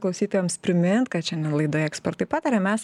klausytojams primint kad šiandien laidoje ekspertai pataria mes